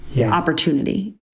opportunity